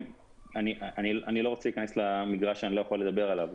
אני לא רוצה להכנס למגרש שאני לא יכול לדבר עליו,